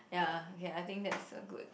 ya okay I think that's a good